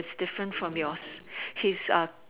is different from yours he's a